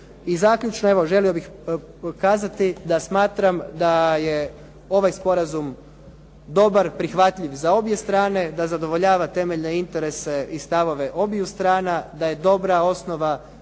I zaključno, evo želio bih kazati da smatram da je ovaj sporazum dobar, prihvatljiv za obje strane, da zadovoljava temeljne interese i stavove obiju strana, da je dobra osnova za